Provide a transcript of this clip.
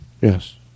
Yes